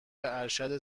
ارشد